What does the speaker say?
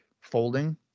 folding